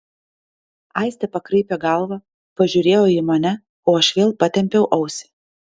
aistė pakraipė galvą pažiūrėjo į mane o aš vėl patempiau ausį